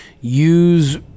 use